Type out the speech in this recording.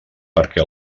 perquè